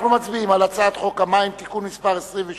אנחנו מצביעים על הצעת חוק המים (תיקון מס' 26),